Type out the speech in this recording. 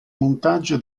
montaggio